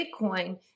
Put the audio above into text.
Bitcoin